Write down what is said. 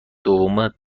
دوم